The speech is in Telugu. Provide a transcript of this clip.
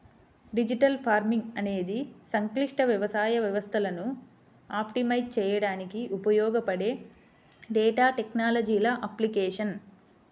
డిజిటల్ ఫార్మింగ్ అనేది సంక్లిష్ట వ్యవసాయ వ్యవస్థలను ఆప్టిమైజ్ చేయడానికి ఉపయోగపడే డేటా టెక్నాలజీల అప్లికేషన్